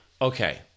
Okay